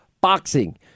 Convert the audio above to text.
boxing